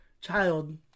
child